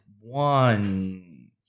one